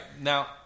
now